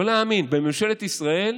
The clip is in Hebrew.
לא להאמין, בממשלת ישראל